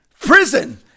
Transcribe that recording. Prison